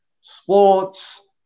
sports